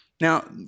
Now